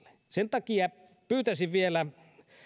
sen takia pyytäisin vielä